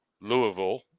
Louisville